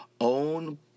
own